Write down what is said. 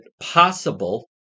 possible